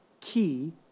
key